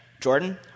Jordan